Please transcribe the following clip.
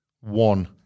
One